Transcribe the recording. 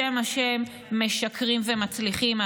בשם השם, משקרים ומצליחים?